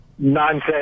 nonsense